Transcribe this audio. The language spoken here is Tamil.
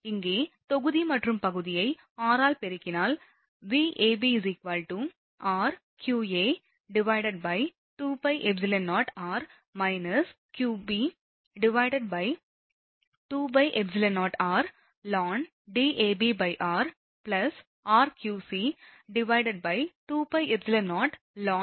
இங்கே தொகுதி மற்றும் பகுதியை r ஆல் பெருக்கினால் Vab r qa2πεor q qb2πεor ln Dabr rqc2πεorln DbcDca